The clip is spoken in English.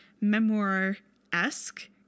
memoir-esque